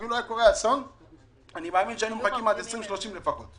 אם לא היה קורה אסון אני מאמין שהיינו מחכים עד שנת 2030 לפחות.